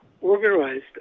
organized